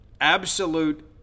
Absolute